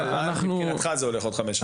לאן מבחינתך זה הולך בעוד חמש שנים?